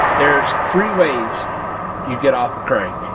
there's three ways you get off of crack,